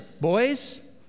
Boys